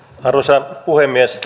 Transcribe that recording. arvoisa puhemies